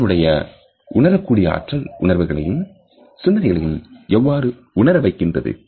மனிதனுடைய உணரக்கூடிய ஆற்றல் உணர்வுகளையும் சிந்தனைகளையும் எவ்வாறு உணரவைக்கிறது